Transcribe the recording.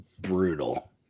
brutal